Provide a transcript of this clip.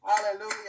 Hallelujah